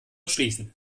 schließen